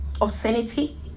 obscenity